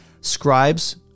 scribes